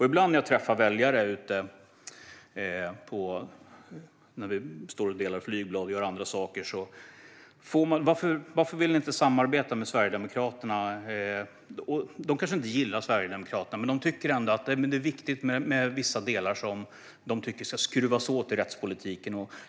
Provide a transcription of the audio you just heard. Ibland när jag träffar väljare när vi delar ut flygblad eller gör andra saker ställer de frågan: Varför vill ni inte samarbeta med Sverigedemokraterna? De kanske inte gillar Sverigedemokraterna, men de tycker ändå att det är viktigt med vissa delar som de anser ska skruvas åt i rättspolitiken.